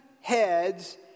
heads